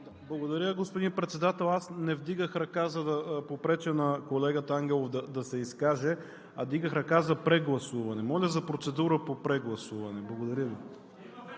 Благодаря, господин Председател. Аз не вдигах ръка, за да попреча на колегата Ангелов да се изкаже, а вдигах ръка за прегласуване. Моля за процедура по прегласуване. Благодаря Ви.